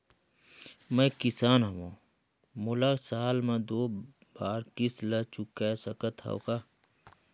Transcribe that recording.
मैं किसान हव मोला साल मे दो बार किस्त ल चुकाय सकत हव का?